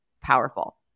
Powerful